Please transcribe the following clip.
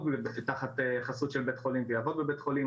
תחת חסות של בית חולים ויעבוד בבית חולים,